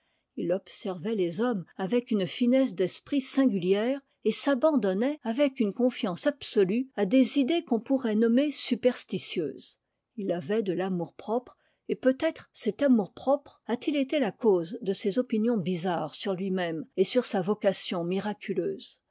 il observait les hommes avec une tinesse d'esprit singulière et s'abandonnait avec une confiance absolue à des idées qu'on pourrai nommer superstitieuses il avait de l'amour-propre et peut-être cet amour-propre a-t-il été la cause de ses opinions bizarres sur lui-même et sur sa vocation miraculeuse